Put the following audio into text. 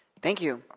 thank you.